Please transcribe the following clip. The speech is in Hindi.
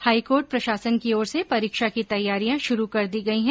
हाईकोर्ट प्रशासन की ओर से परीक्षा की तैयारियां शुरू कर दी गई है